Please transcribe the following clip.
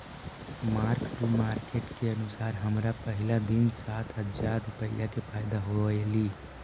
mark to market के अनुसार हमरा पहिला दिन सात हजार रुपईया के फयदा होयलई